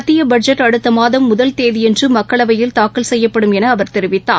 மத்தியபட்ஜெட் அடுத்தமாதம் முதல் தேதியன்றுமக்களவையில் தாக்கல் செய்யப்படும் எனஅவர் தெரிவித்தார்